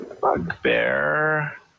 bugbear